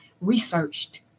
researched